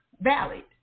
valid